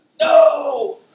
No